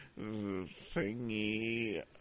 thingy